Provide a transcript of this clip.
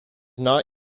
not